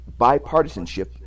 bipartisanship